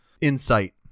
insight